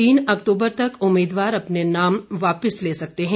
तीन अक्तूबर तक उम्मीदवार अपने नाम वापिस ले सकते हैं